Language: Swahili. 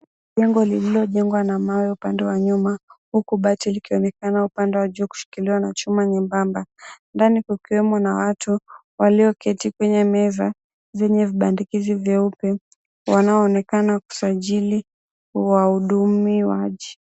Jengo lililo jengwa na mawe upande wa nyuma, huku bati likionekana upande wa juu kushikilia na chuma nyembamba. Ndani kukiwemo na watu walio keti kwenye meza vyenye vibandikizi vyeupevwanaoonekana kusajili wahudumiaji.